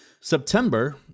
September